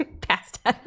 Past